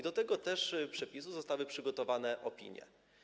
Do tego przepisu zostały przygotowane opinie.